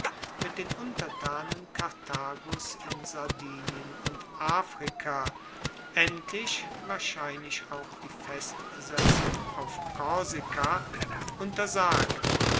mit den untertanen karthagos in sardinien und afrika endlich wahrscheinlich auch die festsetzung auf korsika untersagt